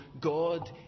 God